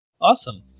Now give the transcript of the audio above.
awesome